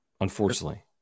unfortunately